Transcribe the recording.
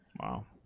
Wow